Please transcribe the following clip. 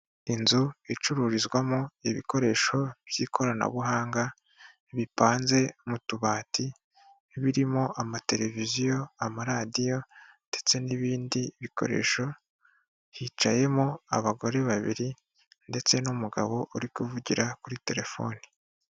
Inzu icururizwamo ibikoresho by'ikoranabuhanga bipanze mu tubati, birimo amateleviziyo, amaradiyo ndetse n'ibindi bikoresho, hicayemo abagore babiri ndetse n'umugabo uri kuvugira kuri telefoni.